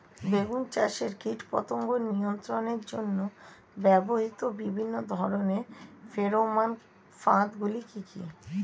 বেগুন চাষে কীটপতঙ্গ নিয়ন্ত্রণের জন্য ব্যবহৃত বিভিন্ন ধরনের ফেরোমান ফাঁদ গুলি কি কি?